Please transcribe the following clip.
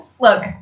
Look